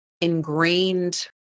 ingrained